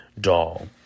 doll